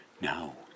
Now